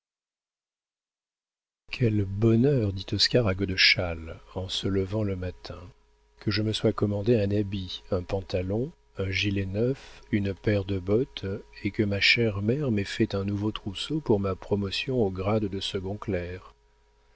quel bonheur dit oscar à godeschal en se levant le matin que je me sois commandé un habit un pantalon un gilet neufs une paire de bottes et que ma chère mère m'ait fait un nouveau trousseau pour ma promotion au grade de second